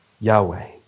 Yahweh